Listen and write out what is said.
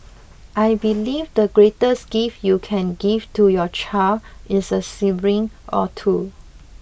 I believe the greatest gift you can give to your child is a sibling or two